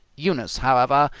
eunice, however,